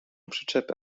przyczepę